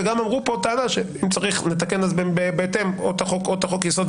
וגם אמרו פה טענה שאם צריך נתקן בהתאם או את החוק או את חוק היסוד,